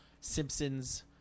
Simpsons